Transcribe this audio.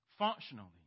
Functionally